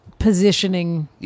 Positioning